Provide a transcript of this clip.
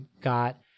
got